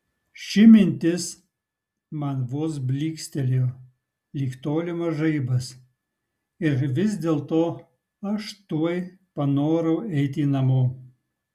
ši mintis man vos blykstelėjo lyg tolimas žaibas ir vis dėlto aš tuoj panorau eiti namo